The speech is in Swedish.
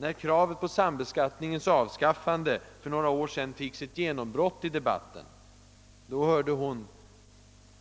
När kravet på sambeskattningens avskaffande för några år sedan fick sitt genombrott i debatten, hörde hon